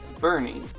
Bernie